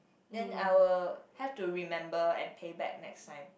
then I will have to remember and pay back next time